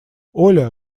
оля